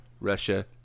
Russia